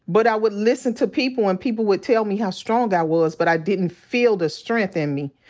but i would listen to people when people would tell me how strong i was. but i didn't feel the strength in me.